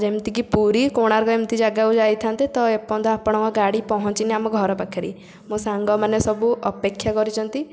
ଯେମିତିକି ପୁରୀ କୋଣାର୍କ ଏମିତି ଜାଗାକୁ ଯାଇଥାନ୍ତେ ତ ଏପର୍ଯ୍ୟନ୍ତ ଆପଣଙ୍କ ଗାଡ଼ି ପହଞ୍ଚିନି ଆମ ଘର ପାଖରେ ମୋ ସାଙ୍ଗମାନେ ସବୁ ଅପେକ୍ଷା କରିଛନ୍ତି